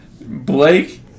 Blake